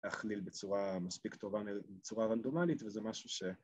‫להכליל בצורה מספיק טובה, ‫בצורה רנדומלית, וזה משהו ש...